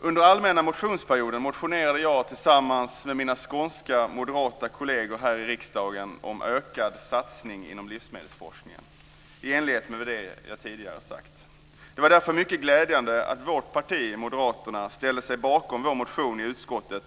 Under allmänna motionstiden motionerade jag tillsammans med mina skånska moderata kolleger här i riksdagen om en ökad satsning inom livsmedelsforskningen, i enlighet med det jag tidigare sagt. Det var därför mycket glädjande att vårt parti, Moderaterna, ställde sig bakom vår motion i utskottet.